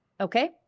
okay